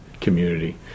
community